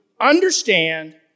Understand